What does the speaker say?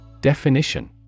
Definition